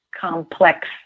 complex